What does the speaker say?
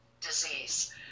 disease